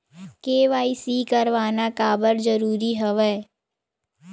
KYC करवाना काबर जरूरी हवय?